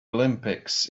olympics